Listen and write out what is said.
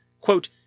quote